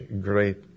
great